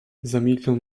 zamilknął